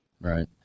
Right